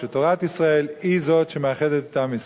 שתורת ישראל היא זו שמאחדת את עם ישראל,